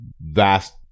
vast